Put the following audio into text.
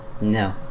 No